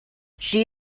she